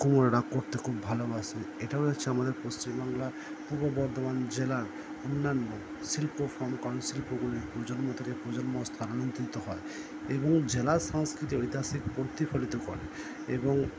কুমোররা করতে খুব ভালোবাসে এটাও আমাদের পশ্চিম বাংলার পূর্ব বর্ধমান জেলার অন্যান্য শিল্প প্রজন্ম থেকে প্রজন্ম স্থানান্তরিত হয় এবং জেলার সংস্কৃতিক ঐতিহাসিক প্রতিফলিত করে এবং